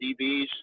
DBs